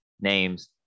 names